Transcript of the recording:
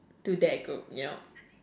to that group you know